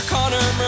Connor